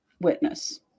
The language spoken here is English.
witness